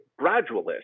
gradualist